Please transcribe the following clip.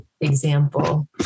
example